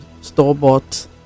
store-bought